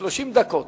30 דקות.